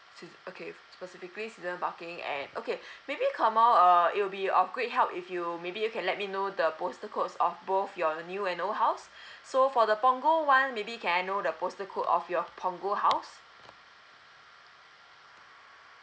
to okay specifically season parking and okay maybe komil err it will be of great help if you maybe you can let me know the postal codes of both your new and old house so for the punggol one maybe can I know the postal code of your punggol house